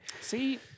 see